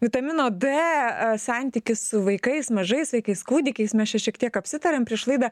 vitamino d santykis su vaikais mažais vaikais kūdikiais mes čia šiek tiek apsitarėm prieš laidą